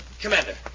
Commander